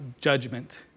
judgment